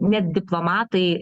net diplomatai